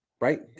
right